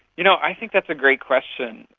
you know, i think that's a great question,